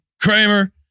Kramer